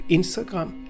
Instagram